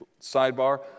Sidebar